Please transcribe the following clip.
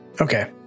Okay